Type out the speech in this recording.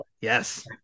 yes